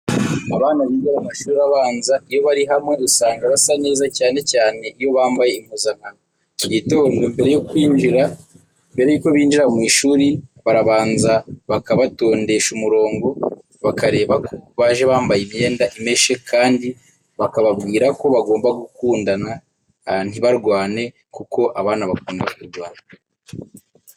Abana biga mu mashuri abanza iyo bari hamwe usanga basa neza, cyane cyane iyo bambaye impuzankano. Mu gitondo mbere yuko binjira mu ishuri barabanza bakabatondesha umurongo bakareba ko baje bambaye imyenda imeshe kandi bakababwira ko bagomba gukundana ntibarwane kuko abana bakunda kurwana.